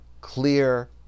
clear